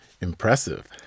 Impressive